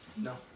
No